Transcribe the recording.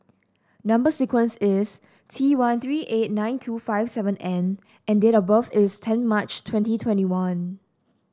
number sequence is T one three eight nine two five seven N and date of birth is ten March twenty twenty one